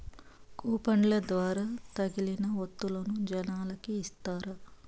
కూపన్ల ద్వారా తగిలిన వత్తువులను జనాలకి ఇత్తారు